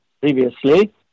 previously